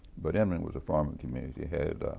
but inman was a farming community.